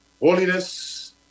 Holiness